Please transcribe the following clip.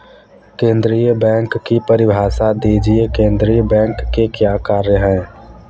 केंद्रीय बैंक की परिभाषा दीजिए केंद्रीय बैंक के क्या कार्य हैं?